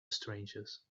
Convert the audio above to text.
strangers